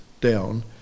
down